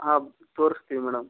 ಹಾಂ ತೋರಸ್ತೀವಿ ಮೇಡಮ್